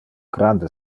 grande